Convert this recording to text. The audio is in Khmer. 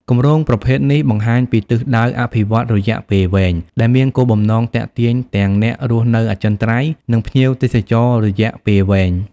គម្រោងប្រភេទនេះបង្ហាញពីទិសដៅអភិវឌ្ឍន៍រយៈពេលវែង ដែលមានគោលបំណងទាក់ទាញទាំងអ្នករស់នៅអចិន្ត្រៃយ៍ និងភ្ញៀវទេសចររយៈពេលវែង។